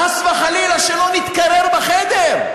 חס וחלילה, שלא נתקרר בחדר.